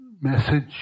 message